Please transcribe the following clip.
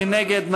מי נגד?